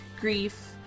grief